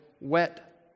wet